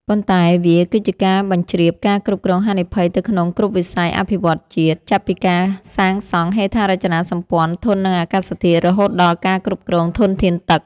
ប៉ុន្តែវាគឺជាការបញ្ជ្រាបការគ្រប់គ្រងហានិភ័យទៅក្នុងគ្រប់វិស័យអភិវឌ្ឍន៍ជាតិ ចាប់ពីការសាងសង់ហេដ្ឋារចនាសម្ព័ន្ធធន់នឹងអាកាសធាតុ រហូតដល់ការគ្រប់គ្រងធនធានទឹក។